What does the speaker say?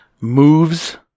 Moves